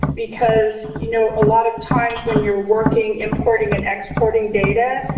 because, you know, a lot of times when you're working importing and exporting data,